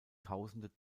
tausende